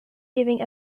giving